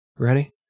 Ready